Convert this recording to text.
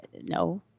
No